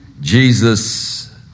Jesus